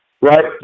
right